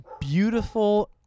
beautiful